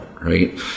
right